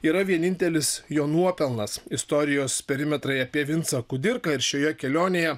yra vienintelis jo nuopelnas istorijos perimetrai apie vincą kudirką ir šioje kelionėje